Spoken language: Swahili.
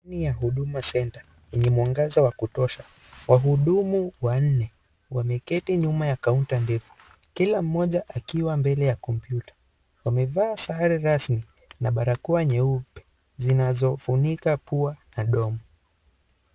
Niya huduma center yenye mwangaza wa kutosha wahudumu wanne wameketi nyuma ya counter ndefu kila mmoja akiwa mbele kompyuta wamevaa sare rasmi na barakoa nyeupe zinazo funika pua na domo.